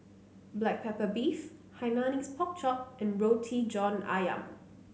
Black Pepper Beef Hainanese Pork Chop and Roti John ayam